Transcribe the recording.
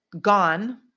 gone